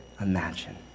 imagine